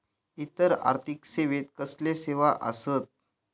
इतर आर्थिक सेवेत कसले सेवा आसत?